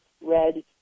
red